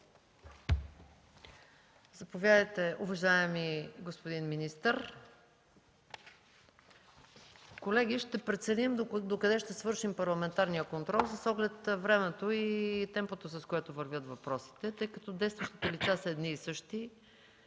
Заповядайте, уважаеми господин министър. Колеги, ще преценим докъде ще свършим парламентарния контрол, с оглед времето и темпото, с което вървят въпросите. Тъй като действащите лица са едни и същи,